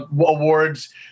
awards